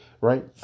right